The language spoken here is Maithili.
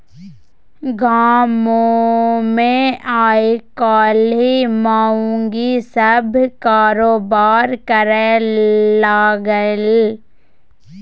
गामोमे आयकाल्हि माउगी सभ कारोबार करय लागलै